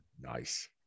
Nice